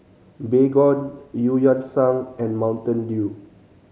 Baygon Eu Yan Sang and Mountain Dew